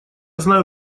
знаю